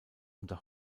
unter